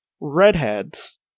Redheads